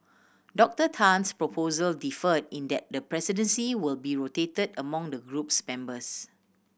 Doctor Tan's proposal differ in that the presidency will be rotated among the group's members